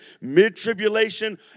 mid-tribulation